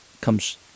comes